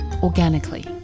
organically